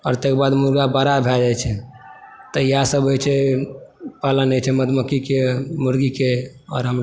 आओर तेकर बाद मुर्ग़ा बड़ा भैए जाइ छै तऽ इएह सब होइ छै पालन होइ छै मधुमक्खी के मुर्गी के आओर